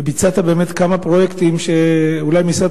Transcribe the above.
וביצעת באמת כמה פרויקטים שאולי משרד